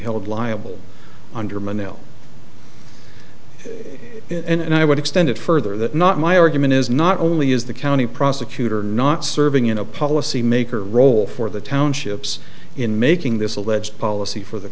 held liable under my nails and i would extend it further that not my argument is not only is the county prosecutor not serving in a policymaker role for the townships in making this alleged policy for the